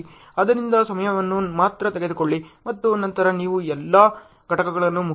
ಆದ್ದರಿಂದ ಸಮಸ್ಯೆಯನ್ನು ಮಾತ್ರ ತೆಗೆದುಕೊಳ್ಳಿ ಮತ್ತು ನಂತರ ನಿಮ್ಮ ಎಲ್ಲಾ ಘಟಕಗಳನ್ನು ಮುಗಿಸಿ